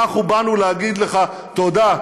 אנחנו באנו להגיד לך תודה,